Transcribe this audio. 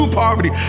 poverty